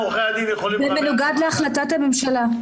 זה מנוגד להחלטת הממשלה.